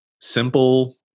simple